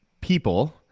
people